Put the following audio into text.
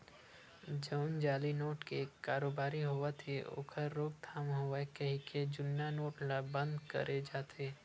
जउन जाली नोट के कारोबारी होवत हे ओखर रोकथाम होवय कहिके जुन्ना नोट ल बंद करे जाथे